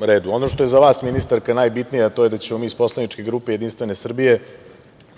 što je za vas ministarka najbitnije, a to je da ćemo mi iz poslaničke grupe JS